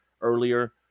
earlier